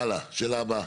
הלאה, השאלה הבאה.